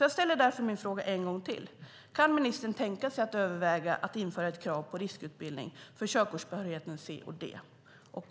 Jag ställer därför min fråga en gång till: Kan ministern tänka sig att överväga att införa ett krav på riskutbildning för körkortsbehörigheterna C och D?